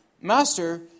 Master